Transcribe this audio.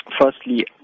firstly